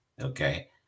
okay